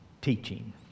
teaching